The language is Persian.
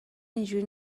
اینجوری